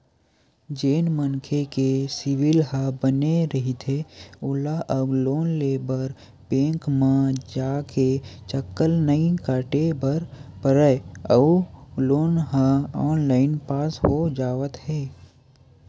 जेन मनखे के सिविल ह बने रहिथे ओला अब लोन लेबर बेंक म जाके चक्कर नइ काटे बर परय अउ लोन ह ऑनलाईन पास हो जावत हे